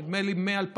נדמה לי מ-2009,